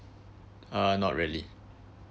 uh not really